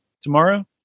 tomorrow